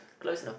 close enough